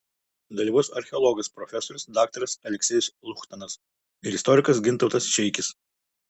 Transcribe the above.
dalyvaus archeologas profesorius daktaras aleksejus luchtanas ir istorikas gintautas šeikis